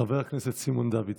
חבר הכנסת סימון דוידסון.